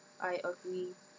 I agree